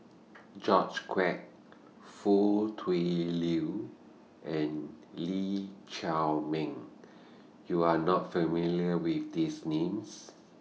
George Quek Foo Tui Liew and Lee Chiaw Meng YOU Are not familiar with These Names